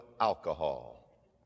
alcohol